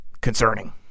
concerning